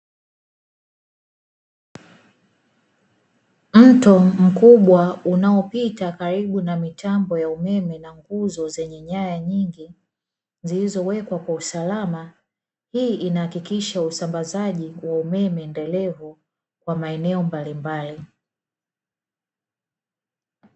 Mto mkubwa unaopita kalibu na mitambo ya umeme na nguzo zenye nyaya nyingi zilizowekwa kwa usalama hii inahakikisha usambazaji wa umeme endelevu kwa maeneo mbalimbali.